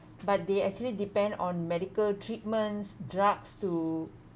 but they actually depend on medical treatments drugs to